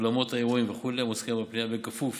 אולמות האירועים וכו', המוזכרים בפנייה, בכפוף